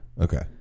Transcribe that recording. Okay